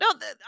No